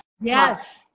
Yes